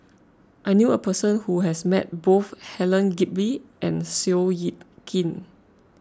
I knew a person who has met both Helen Gilbey and Seow Yit Kin